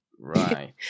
Right